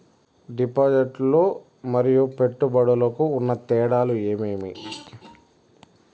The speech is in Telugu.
డిపాజిట్లు లు మరియు పెట్టుబడులకు ఉన్న తేడాలు ఏమేమీ?